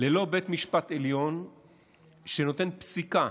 ללא בית משפט עליון שנותן פסיקה